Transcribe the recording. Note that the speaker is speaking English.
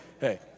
hey